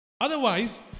Otherwise